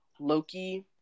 Loki